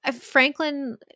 Franklin